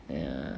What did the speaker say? ya